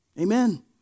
Amen